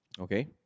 Okay